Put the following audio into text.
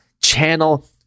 channel